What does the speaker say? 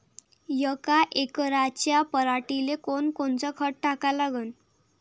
यका एकराच्या पराटीले कोनकोनचं खत टाका लागन?